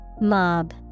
Mob